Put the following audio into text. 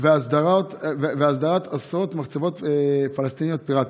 והסדרת עשרות מחצבות פלסטיניות פיראטיות.